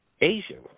Asian